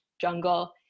jungle